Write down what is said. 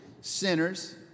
sinners